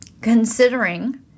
considering